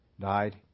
died